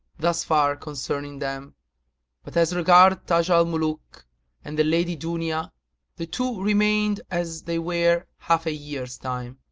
thus far concerning them but as regards taj al-muluk and the lady dunya the two remained as they were half a year's time,